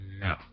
No